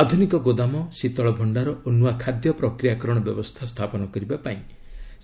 ଆଧୁନିକ ଗୋଦାମ ଶୀତଳ ଭଣ୍ଡାର ଓ ନୂଆ ଖାଦ୍ୟ ପ୍ରକ୍ରିୟାକରଣ ବ୍ୟବସ୍ଥା ସ୍ଥାପନ କରିବା ପାଇଁ